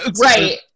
Right